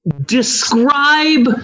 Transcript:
Describe